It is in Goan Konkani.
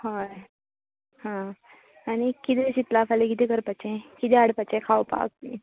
हय हां आनी कितें चितला फाल्यां कितें करपाचे कितें हाडपाचे खावपाक बी